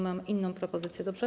Mam inną propozycję, dobrze?